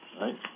right